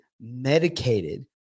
medicated